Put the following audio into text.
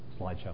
slideshow